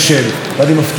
אנחנו נעשה את זה.